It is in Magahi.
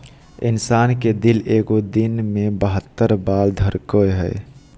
इंसान के दिल एगो दिन मे बहत्तर बार धरकय हइ